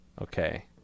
Okay